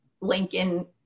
Lincoln